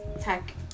tech